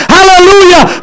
Hallelujah